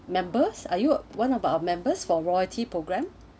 members are you one of our members for royalty program